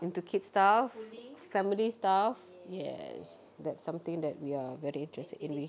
into kids stuff family stuff yes that's something that we are very interested in with